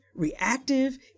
reactive